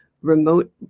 remote